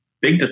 big